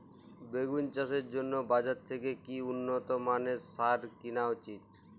বেগুন চাষের জন্য বাজার থেকে কি উন্নত মানের সার কিনা উচিৎ?